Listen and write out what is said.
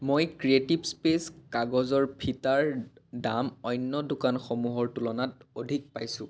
মই creative space কাগজৰ ফিটাৰ দাম অন্য দোকানসমূহৰ তুলনাত অধিক পাইছোঁ